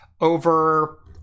over